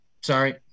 Sorry